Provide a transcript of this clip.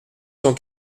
cent